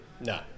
No